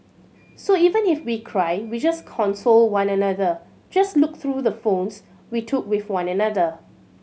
so even if we cry we just console one another just look through the phones we took with one another